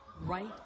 Right